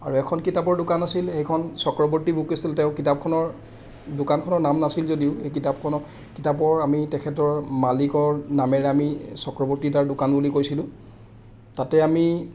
আৰু এখন কিতাপৰ দোকান আছিল সেইখন চক্ৰবৰ্তী বুক ষ্টল তেওঁ কিতাপখনৰ দোকানখনৰ নাম নাছিল যদিও এই কিতাপখনক কিতাপৰ আমি তেখেতৰ মালিকৰ নামেৰে আমি চক্ৰবৰ্তী দাৰ দোকান বুলি কৈছিলোঁ তাতে আমি